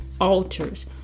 altars